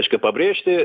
reiškia pabrėžti